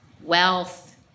wealth